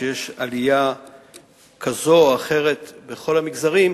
יש עלייה כזו או אחרת בכל המגזרים.